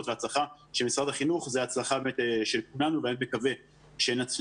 והצלחה של משרד החינוך זו הצלחה של כולנו ואני מקווה שנצליח.